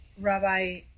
Rabbi